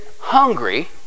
hungry